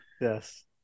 Yes